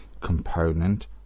component